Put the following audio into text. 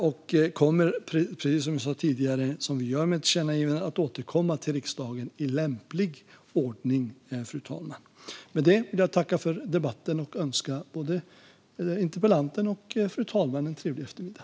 Och precis som jag sa tidigare kommer vi, som vi gör med tillkännagivanden, att återkomma till riksdagen i lämplig ordning. Fru talman! Jag vill tacka för debatten och önska både interpellanten och fru talmannen en trevlig eftermiddag.